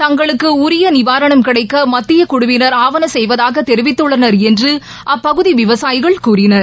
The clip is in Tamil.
தங்களுக்கு உரிய நிவாரணம் கிடைக்க மத்திய குழுவினர் ஆவன செய்வதாக தெரிவித்துள்ளனர் என்று அப்பகுதி விவசாயிகள் கூறினர்